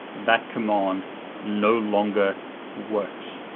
that command no longer works,